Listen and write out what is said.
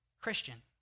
Christian